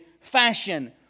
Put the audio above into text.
fashion